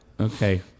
okay